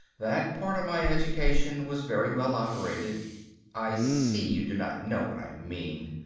that part of my education was very well operated i see you do not know what i mean.